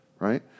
right